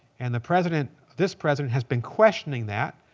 and the president, this president, has been questioning that.